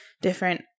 different –